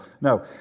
No